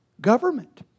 Government